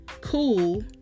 cool